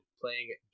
playing